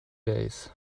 days